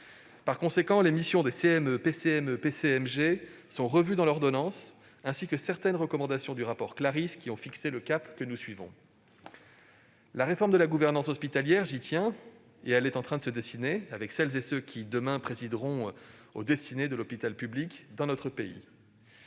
de commission médicale de groupement (PCMG) sont revues dans l'ordonnance, ainsi que certaines recommandations du rapport Claris, qui ont fixé le cap que nous suivons. La réforme de la gouvernance hospitalière, j'y tiens ; elle est en train de se dessiner, avec celles et ceux qui, demain, présideront aux destinées de l'hôpital public dans notre pays.